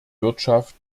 wirtschaft